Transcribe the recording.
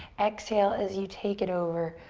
exhale, as you take it over.